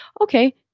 Okay